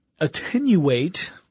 attenuate